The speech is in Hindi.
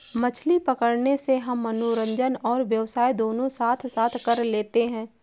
मछली पकड़ने से हम मनोरंजन और व्यवसाय दोनों साथ साथ कर लेते हैं